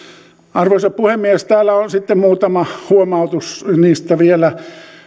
arvoisa puhemies täällä on sitten muutama huomautus niistä vielä